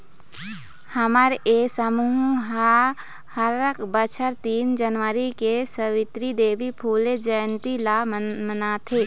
हमर ये समूह ह हर बछर तीन जनवरी के सवित्री देवी फूले जंयती ल मनाथे